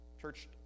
Church